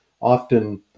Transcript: often